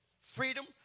Freedom